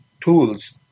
tools